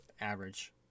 average